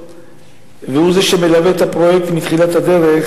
והוא זה שמלווה את הפרויקט מתחילת הדרך,